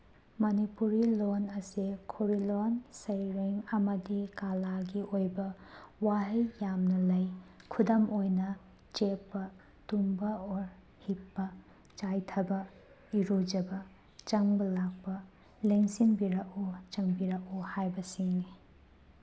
ꯃꯅꯤꯄꯨꯔꯤ ꯂꯣꯟ ꯑꯁꯦ ꯈꯣꯔꯤꯂꯣꯟ ꯁꯩꯔꯦꯡ ꯑꯃꯗꯤ ꯀꯂꯥꯒꯤ ꯑꯣꯏꯕ ꯋꯥꯍꯩ ꯌꯥꯝꯅ ꯂꯩ ꯈꯨꯗꯝ ꯑꯣꯏꯅ ꯆꯦꯞꯄ ꯇꯨꯝꯕ ꯑꯣꯔ ꯍꯤꯞꯄ ꯆꯥꯏꯊꯕ ꯏꯔꯨꯖꯕ ꯆꯪꯕ ꯂꯥꯛꯄ ꯂꯦꯡꯁꯤꯟꯕꯤꯔꯛꯎ ꯆꯪꯕꯤꯔꯛꯎ ꯍꯥꯏꯕꯁꯤꯅꯤ